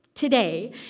today